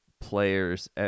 players